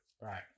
Right